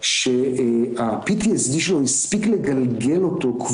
המרכיב הנוירו-קוגניטיבי ב-PTSD הפך להיות יותר